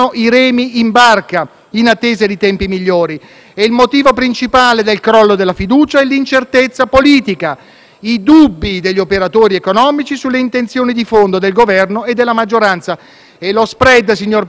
dai dubbi degli operatori economici sulle intenzioni di fondo del Governo e della maggioranza. Signor Presidente, lo *spread* è il termometro finanziario della crisi di fiducia nel nostro Paese. Prima delle elezioni era inferiore a 130 punti,